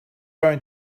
going